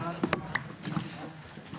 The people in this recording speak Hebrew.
הישיבה ננעלה בשעה 21:56.